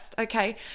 okay